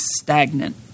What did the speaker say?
stagnant